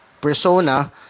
persona